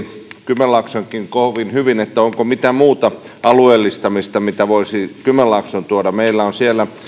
kymenlaaksonkin kovin hyvin onko mitään muuta alueellistamista mitä voisi kymenlaaksoon tuoda meillä on siellä